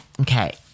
Okay